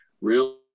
Real